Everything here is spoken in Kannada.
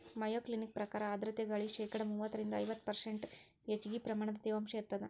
ಮಯೋಕ್ಲಿನಿಕ ಪ್ರಕಾರ ಆರ್ಧ್ರತೆ ಗಾಳಿ ಶೇಕಡಾ ಮೂವತ್ತರಿಂದ ಐವತ್ತು ಪರ್ಷ್ಂಟ್ ಹೆಚ್ಚಗಿ ಪ್ರಮಾಣದ ತೇವಾಂಶ ಇರತ್ತದ